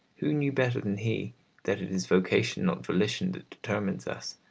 who knew better than he that it is vocation not volition that determines us,